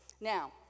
Now